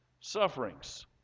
Sufferings